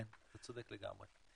כן, אתה צודק לגמרי.